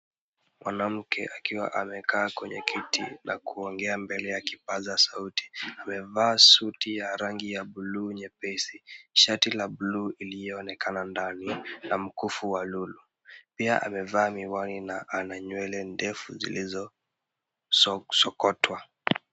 Mwanamke akiwa amekaa kwenye kiti na kuongea mbele ya kipaza sauti. Amevaa suti ya rangi ya bluu nyepesi, shati la bluu iliyoonekana ndani na mkufu wa lulu. Pia amevaa miwani na ana nywele ndefu zilizosokotwa.